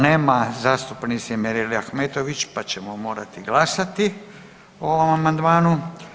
Nema zastupnice Mirele Ahmetović pa ćemo morati glasati o ovom amandmanu.